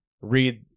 read